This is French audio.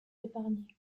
épargnée